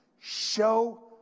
show